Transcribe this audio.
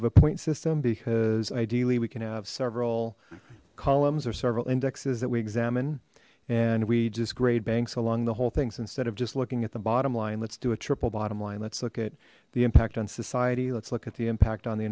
of a point system because ideally we can have several columns or several indexes that we examine and we just grade banks along the whole things instead of just looking at the bottom line let's do a triple bottom line let's look the impact on society let's look at the impact on the